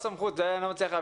גם לי יש שאלה.